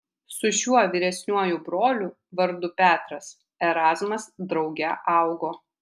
su šiuo vyresniuoju broliu vardu petras erazmas drauge augo